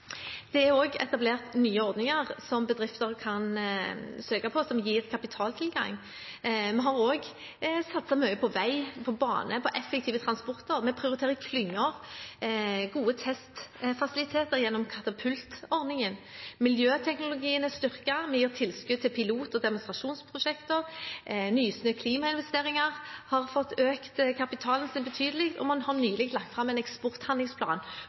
Det er også etablert nye ordninger som bedrifter kan søke på, som gir kapitaltilgang. Vi har også satset mye på vei, på bane, på effektiv transport. Vi prioriterer klynger, gode testfasiliteter gjennom katapultordningen, miljøteknologiordningen er styrket, vi gir tilskudd til pilot- og demonstrasjonsprosjekter, Nysnø klimainvesteringer har fått økt kapitalen sin betydelig, og man har nylig lagt fram en eksporthandlingsplan